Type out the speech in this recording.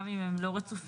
גם אם הם לא רצופים,